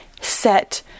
set